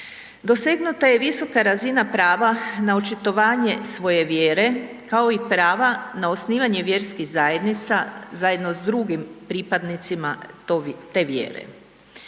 Dosegnuta je visoka razina prava na očitovanje svoje vjere, kao i prava na osnivanje vjerskih zajednica zajedno s drugim pripadnicima te vjere.